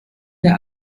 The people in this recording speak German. der